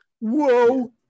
Whoa